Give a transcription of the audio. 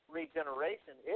regeneration